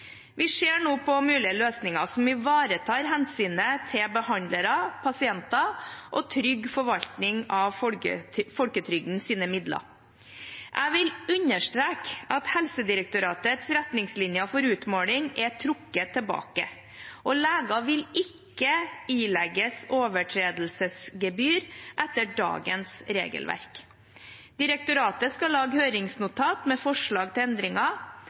Vi ser nå på mulige løsninger som ivaretar hensynet til behandlerne, pasientene og trygg forvaltning av folketrygdens midler. Jeg vil understreke at Helsedirektoratets retningslinjer for utmåling er trukket tilbake, og leger vil ikke ilegges overtredelsesgebyr etter dagens regelverk. Direktoratet skal lage høringsnotat med forslag til endringer.